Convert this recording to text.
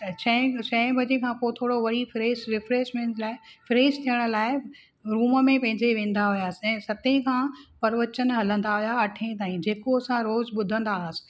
छएं बजे खां पोइ थोरो वरी फ्रेश रिफ्रैशमेंट लाइ फ्रेश थियण लाइ रुम में पंहिंजे वेंदा हुआसीं सते खां परवचन हलंदा हुआ अठे ताईं जेको असां रोज़ ॿुधंदासी